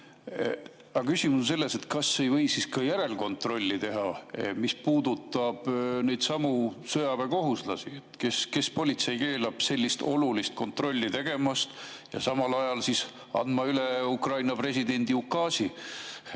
Aga küsimus on selles, kas ei või siis ka järelkontrolli teha, mis puudutab neidsamu sõjaväekohuslasi. Kes politseis keelab sellist olulist kontrolli tegemast ja samal ajal andmast üle Ukraina presidendi ukaasi,